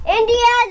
India